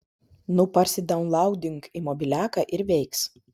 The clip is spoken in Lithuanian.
nu parsidaunlaudink į mobiliaką ir veiks